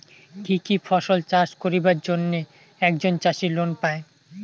কি কি ফসল চাষ করিবার জন্যে একজন চাষী লোন পায়?